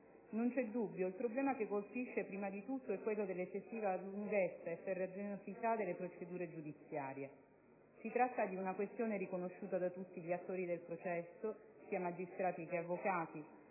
Non c'è dubbio, il problema che colpisce prima di tutto è quello dell'eccessiva lunghezza e farraginosità delle procedure giudiziarie. Si tratta di una questione riconosciuta da tutti gli attori del processo, sia magistrati che avvocati,